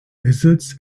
lizards